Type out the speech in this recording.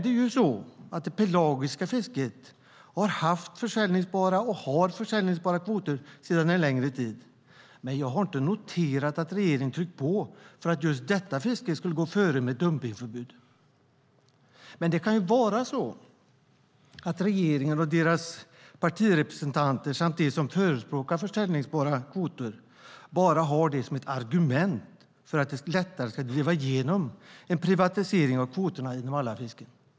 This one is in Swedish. Det pelagiska fisket har och har haft försäljningsbara kvoter sedan en längre tid. Jag har inte noterat att regeringen har tryckt på för att detta fiske skulle gå före med ett dumpningsförbud. Men det kan ju vara så att regeringen och deras partirepresentanter samt de som förespråkar försäljningsbara kvoter bara har det som ett argument för att det ska bli lättare att driva igenom en privatisering av kvoterna inom alla fisken.